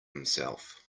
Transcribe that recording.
himself